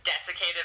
desiccated